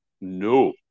No